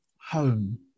home